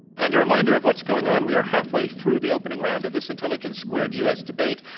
and a reminder of what's going on, we are halfway through the opening round of this intelligence squared u. s. debate.